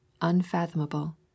unfathomable